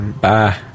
Bye